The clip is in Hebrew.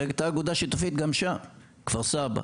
הרי הייתה אגודה שיתופית גם שם, בכפר סבא.